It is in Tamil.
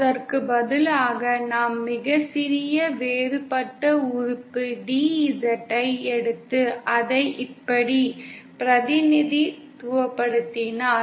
அதற்கு பதிலாக நாம் மிகச் சிறிய வேறுபட்ட உறுப்பு DZ ஐ எடுத்து அதை இப்படி பிரதிநிதித்துவப்படுத்தினால்